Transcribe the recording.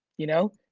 you know?